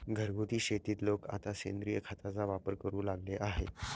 घरगुती शेतीत लोक आता सेंद्रिय खताचा वापर करू लागले आहेत